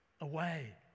away